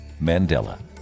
Mandela